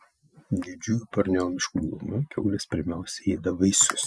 didžiųjų borneo miškų gilumoje kiaulės pirmiausia ėda vaisius